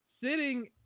sitting